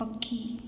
पखी